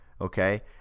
okay